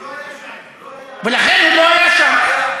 הוא לא היה שם.